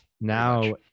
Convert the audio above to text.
Now